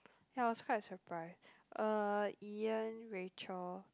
and I was quite surprised uh Ian Rachel